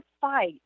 fight